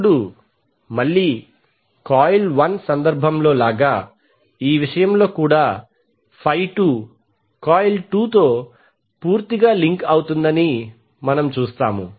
ఇప్పుడు మళ్లీ కాయిల్ 1 సందర్భంలో లాగా ఈ విషయంలో కూడా 2 కాయిల్ 2 తో పూర్తిగా లింక్ అవుతుందని చూస్తాము